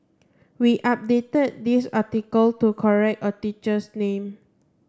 we updated this article to correct a teacher's name